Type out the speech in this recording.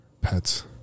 pets